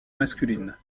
masculine